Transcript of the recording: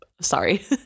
sorry